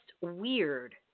weird